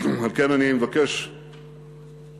על כן אני מבקש, ידידי,